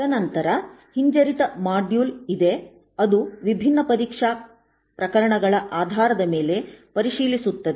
ತದನಂತರ ಹಿಂಜರಿತ ಮಾಡ್ಯುಲ್ಇದೆ ಅದು ವಿಭಿನ್ನ ಪರೀಕ್ಷಾ ಪ್ರಕರಣಗಳ ಆಧಾರದ ಮೇಲೆ ಪರಿಶೀಲಿಸುತ್ತದೆ